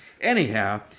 Anyhow